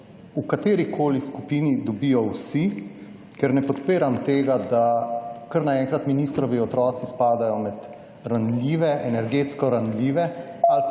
v katerikoli skupini dobijo vsi, ker ne podpiram tega, da kar naenkrat ministrovi otroci spadajo med ranljive, energetsko ranljive, ali pa